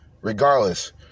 regardless